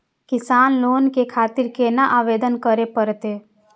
किसान लोन के खातिर केना आवेदन करें परतें?